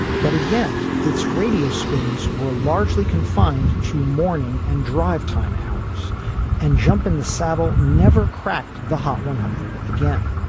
but again, it's radio spins were largely confined to mourning and drive time hours and jump in the saddle never cracked the hot one hundred again.